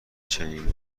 چنین